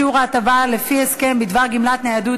שיעור ההטבה לפי הסכם בדבר גמלת ניידות),